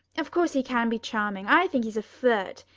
of course he can be charming. i think he's a flirt.